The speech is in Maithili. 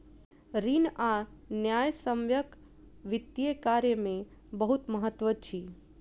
ऋण आ न्यायसम्यक वित्तीय कार्य में बहुत महत्त्व अछि